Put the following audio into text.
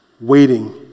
Waiting